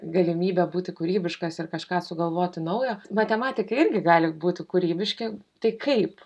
galimybę būti kūrybiškas ir kažką sugalvoti naujo matematikai irgi gali būti kūrybiški tai kaip